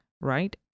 right